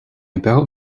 about